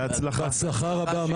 מטי, בהצלחה רבה.